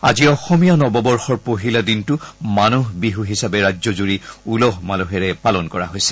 আজি অসমীয়া নৱবৰ্ষৰ পহিলা দিনটো মানুহ বিহু হিচাপে ৰাজজুৰি উলহ মালহেৰে উদযাপন কৰা হৈছে